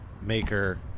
Maker